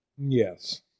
Yes